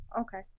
Okay